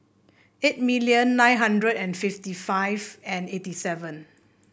eight million nine hundred and fifty five and eighty seven